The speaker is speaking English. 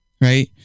right